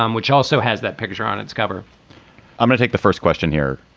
um which also has that picture on its cover i'm gonna take the first question here,